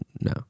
No